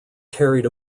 carried